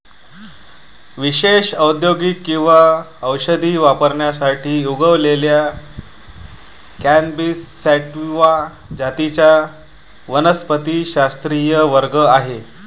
विशेषत औद्योगिक किंवा औषधी वापरासाठी उगवलेल्या कॅनॅबिस सॅटिवा जातींचा वनस्पतिशास्त्रीय वर्ग आहे